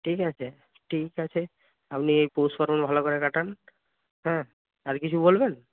ঠিক আছে ঠিক আছে আপনি এই পৌষপার্বণ ভালো করে কাটান হ্যাঁ আর কিছু বলবেন